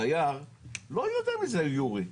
דייר לא יודע מי זה יורי.